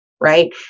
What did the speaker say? right